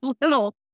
little